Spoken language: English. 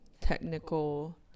technical